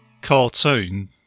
cartoon